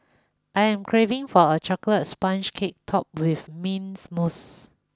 I am craving for a chocolate sponge cake topped with mint mousse